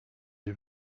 est